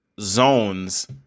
zones